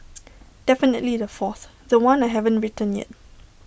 definitely the fourth The One I haven't written yet